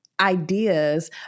Ideas